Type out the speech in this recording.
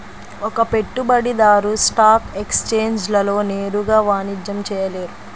ఒక పెట్టుబడిదారు స్టాక్ ఎక్స్ఛేంజ్లలో నేరుగా వాణిజ్యం చేయలేరు